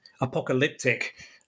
apocalyptic